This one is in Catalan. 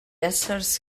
éssers